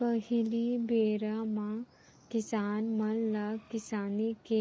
पहिली बेरा म किसान मन ल किसानी के